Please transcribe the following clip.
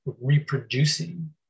reproducing